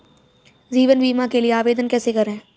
जीवन बीमा के लिए आवेदन कैसे करें?